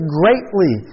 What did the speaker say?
greatly